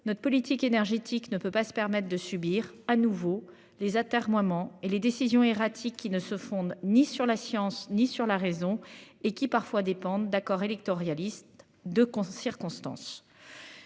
Notre politique énergétique ne peut pas se permettre de subir à nouveau les atermoiements et les décisions erratiques qui ne se fonde ni sur la science, ni sur la raison et qui parfois dépendent d'accord électoraliste de circonstances.